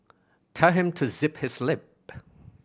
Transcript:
tell him to zip his lip